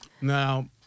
now